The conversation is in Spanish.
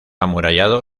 amurallado